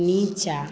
नीचाँ